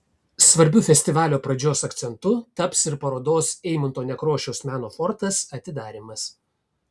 svarbiu festivalio pradžios akcentu taps ir parodos eimunto nekrošiaus meno fortas atidarymas